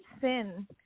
Sin